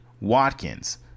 Watkins